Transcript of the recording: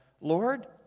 Lord